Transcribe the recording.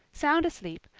sound asleep,